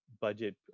budget